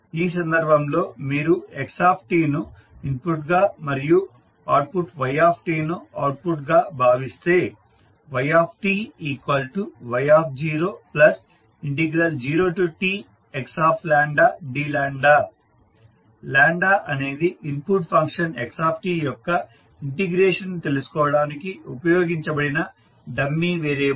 ఆ సందర్భంలో మీరు x ను ఇన్పుట్గా మరియు అవుట్పుట్ y ను అవుట్పుట్ గా భావిస్తే yt y00txdλ అనేది ఇన్పుట్ ఫంక్షన్ x యొక్క ఇంటిగ్రేషన్ ను తెలుసుకోవడానికి ఉపయోగించబడిన డమ్మీ వేరియబుల్